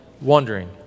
wondering